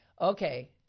Okay